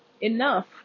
enough